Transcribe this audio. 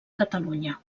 catalunya